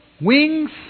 Wings